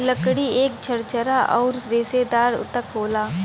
लकड़ी एक झरझरा आउर रेसेदार ऊतक होला